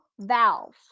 valve